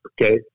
Okay